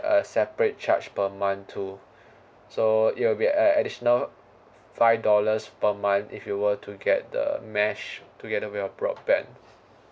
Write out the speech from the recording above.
a separate charge per month too so it will be a additional five dollars per month if you were to get the mesh together with your broadband